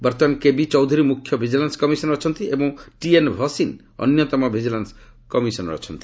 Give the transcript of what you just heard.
ବର୍ତ୍ତମାନ କେବି ଚୌଧୁରୀ ମୁଖ୍ୟ vigilance commissioner ଅଛନ୍ତି ଏବଂ ଟିଏନ୍ ଭସିନ୍ ଅନ୍ୟତମ ଭିଜିଲାନ୍ନ କମିଶନର ଅଛନ୍ତି